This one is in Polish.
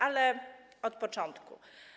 Ale od początku.